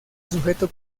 sujeto